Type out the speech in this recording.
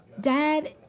Dad